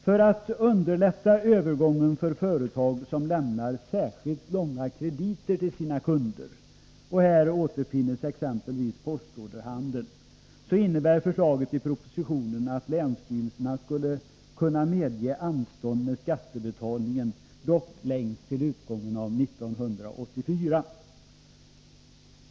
För att underlätta övergången för företag som lämnar särskilt långa krediter till sina kunder — här återfinns exempelvis postorderhandeln — innebär förslaget i propositionen att länsstyrelserna skulle kunna medge anstånd med skattebetalningen, dock längst till utgången av 1984.